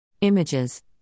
Images